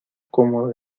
como